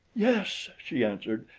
yes, she answered,